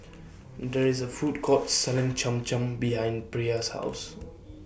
There IS A Food Court Selling Cham Cham behind Brea's House